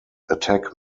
attack